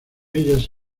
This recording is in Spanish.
ellas